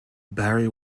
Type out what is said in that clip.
barry